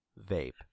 vape